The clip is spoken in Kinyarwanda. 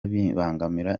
bibangamira